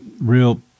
real